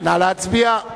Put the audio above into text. נא להצביע.